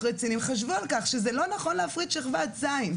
רציניים חשבו על כך שזה לא נכון להפריד את שכבת ז'.